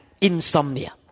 insomnia